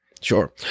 Sure